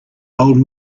old